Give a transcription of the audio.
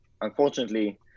unfortunately